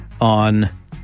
on